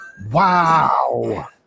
Wow